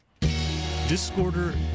Discorder